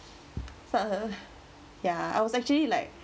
ya I was actually like